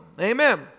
Amen